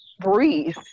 breathe